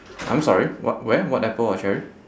I'm sorry what where what apple or cherry